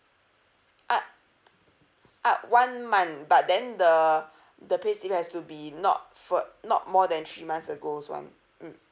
up up one month but then the the payslip it has to be not for not more than three months ago's one mm